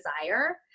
desire